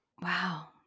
Wow